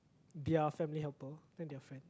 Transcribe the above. their family helper then they are friends